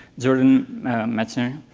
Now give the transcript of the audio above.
jordan mechner,